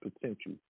potential